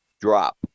drop